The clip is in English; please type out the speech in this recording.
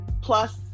plus